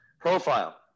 profile